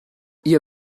ihr